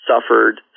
suffered